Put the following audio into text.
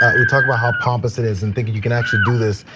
we talked about how pompous it is and thinking you can actually do this,